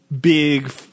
big